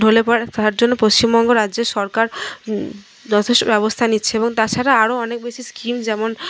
ঢলে পড়ে তার জন্য পশ্চিমবঙ্গ রাজ্যের সরকার যথেষ্ট ব্যবস্থা নিচ্ছে এবং তাছাড়া আরও অনেক বেশি স্কিম যেমন